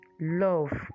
love